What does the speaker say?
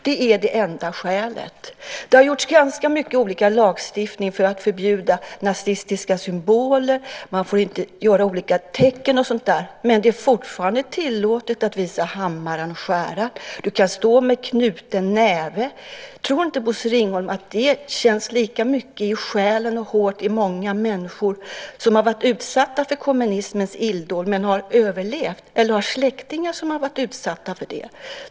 Det är det enda skälet. Det har införts en hel del lagstiftning för att förbjuda nazistiska symboler och inte kunna göra olika tecken, men det är fortfarande tillåtet att visa hammaren och skäran och att stå med knuten näve. Tror inte Bosse Ringholm att det känns lika mycket i själen hos många människor som har varit utsatta för kommunismens illdåd men har överlevt eller har släktingar som har varit utsatta?